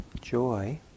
joy